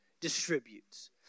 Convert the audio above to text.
distributes